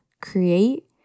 create